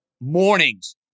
mornings